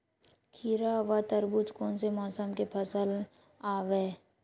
खीरा व तरबुज कोन से मौसम के फसल आवेय?